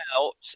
out